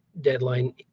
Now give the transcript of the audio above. deadline